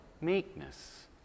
meekness